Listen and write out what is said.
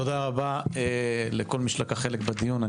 תודה רבה לכל מי שלקח חלק בדיון.